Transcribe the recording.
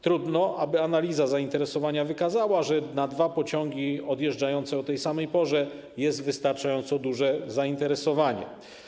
Trudno, aby analiza zainteresowania wykazała, że na dwa pociągi odjeżdżające o tej samej porze jest wystarczająco duże zainteresowanie.